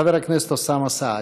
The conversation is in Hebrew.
חבר הכנסת אוסאמה סעדי.